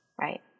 Right